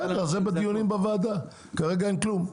רגע, זה דיונים בוועדה, כרגע אין כלום.